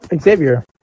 Xavier